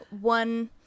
one